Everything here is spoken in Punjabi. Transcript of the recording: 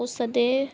ਉਸਦੇ